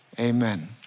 Amen